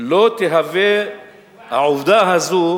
לא תהווה העובדה הזאת